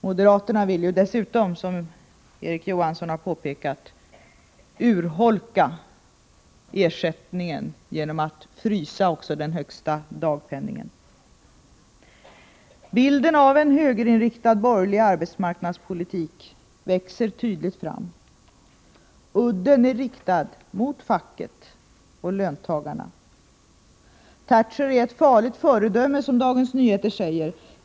Som Erik Johansson påpekade vill moderaterna dessutom urholka ersättningen genom att frysa den högsta dagspenningen. Bilden av en högerinriktad borgerlig arbetsmarknadspolitik växer tydligt fram. Udden är riktad mot facket och löntagarna. Thatcher är ett farligt föredöme, som DN säger.